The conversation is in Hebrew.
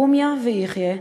רומיה ויחיא,